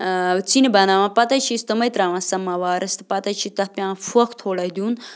ژِنہِ بَناوان پتہٕ حظ چھِ أسۍ تِمَے ترٛاوان سَمَوارَس تہٕ پتہٕ حظ چھِ تَتھ پٮ۪وان پھۄکھ تھوڑا دیُن